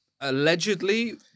Allegedly